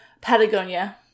Patagonia